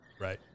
Right